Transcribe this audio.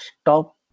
stop